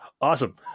awesome